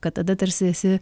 kad tada tarsi esi